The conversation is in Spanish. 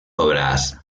obras